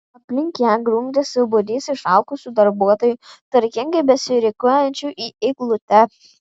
aplink ją grumdėsi būrys išalkusių darbuotojų tvarkingai besirikiuojančių į eilutę